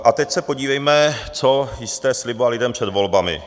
A teď se podívejme, co jste slibovali lidem před volbami.